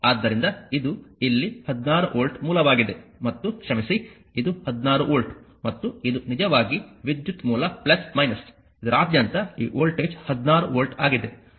ಆದ್ದರಿಂದ ಇದು ಇಲ್ಲಿ 16 ವೋಲ್ಟ್ ಮೂಲವಾಗಿದೆ ಮತ್ತು ಕ್ಷಮಿಸಿ ಇದು 16 ವೋಲ್ಟ್ ಮತ್ತು ಇದು ನಿಜವಾಗಿ ವಿದ್ಯುತ್ ಮೂಲ ಇದರಾದ್ಯಂತ ಈ ವೋಲ್ಟೇಜ್ 16 ವೋಲ್ಟ್ ಆಗಿದೆ